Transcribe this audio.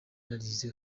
narize